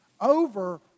over